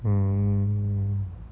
mm